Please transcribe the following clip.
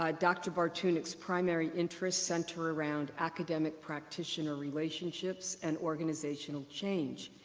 ah dr. bartunek's primary interest center around academic practitioner relationships and organizational change.